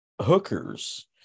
hookers